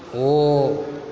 ओ